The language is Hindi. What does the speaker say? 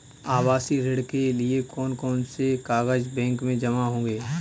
आवासीय ऋण के लिए कौन कौन से कागज बैंक में जमा होंगे?